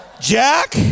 Jack